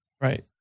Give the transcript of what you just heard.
Right